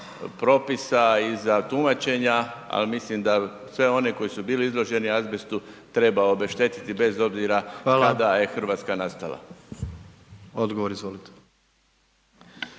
propisa, iza tumačenja, al mislim da sve one koji su bili izloženi azbestu treba obeštetiti bez obzira …/Upadica: Hvala/…kada je RH nastala.